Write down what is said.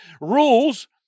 rules